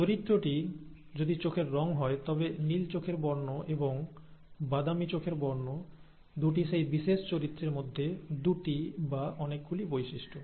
চরিত্রটি যদি চোখের রঙ হয় তবে নীল চোখের বর্ণ এবং বাদামী চোখের বর্ণ দুটি সেই বিশেষ চরিত্রের মধ্যে দুটি বা অনেকগুলি বৈশিষ্ট্য